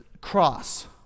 cross